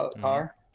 car